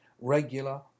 regular